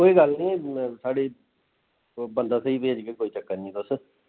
कोई गल्ल निं साढ़े ओह् बंदा स्हेई भेजगे कोई चक्कर निं तुस